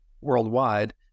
worldwide